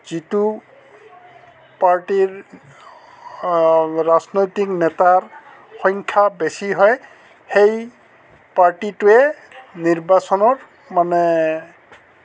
যিটো পাৰ্টীৰ ৰাজনৈতিক নেতাৰ সংখ্যা বেছি হয় সেই পাৰ্টীটোৱে নিৰ্বাচনৰ মানে